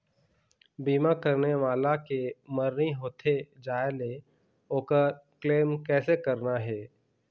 बीमा करने वाला के मरनी होथे जाय ले, ओकर क्लेम कैसे करना हे?